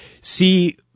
see